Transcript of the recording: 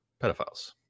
pedophiles